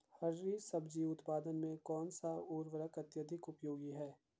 हरी सब्जी उत्पादन में कौन सा उर्वरक अत्यधिक उपयोगी है?